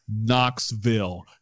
Knoxville